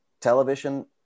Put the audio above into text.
television